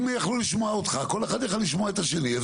אם יכלו לשמוע אותך, כל אחד יכול לשמוע את השני.